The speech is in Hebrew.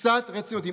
קצת רצינות.